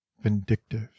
Vindictive